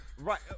Right